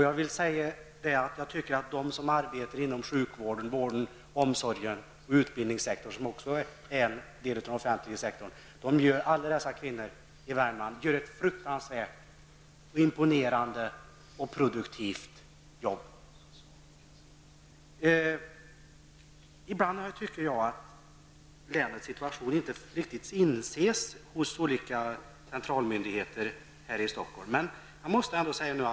Jag tycker att de kvinnor i Värmland som arbetar inom sjukvård, övrig vård och omsorg och utbildningssektorn, som också är en del av den offentliga sektorn, gör ett enormt, imponerande och produktivt jobb. Ibland tycker jag att olika centrala myndigheter här i Stockholm inte riktigt inser länets situationer.